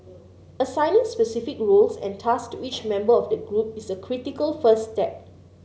assigning specific roles and tasks to each member of the group is a critical first step